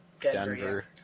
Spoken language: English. Denver